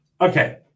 Okay